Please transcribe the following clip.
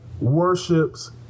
worships